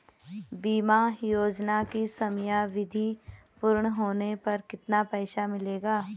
बीमा योजना की समयावधि पूर्ण होने पर कितना पैसा मिलेगा?